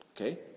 Okay